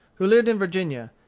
who lived in virginia,